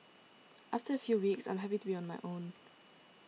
after a few weeks I was happy to be on my own